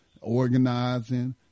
organizing